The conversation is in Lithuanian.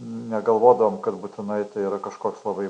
negalvodavom kad būtinai tai yra kažkoks labai